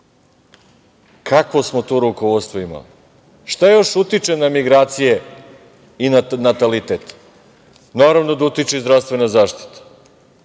kakvo smo to rukovodstvo imali. Šta još utiče na migracije i na natalitet? Naravno da utiče i zdravstvena zaštita. Recite